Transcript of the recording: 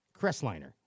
Crestliner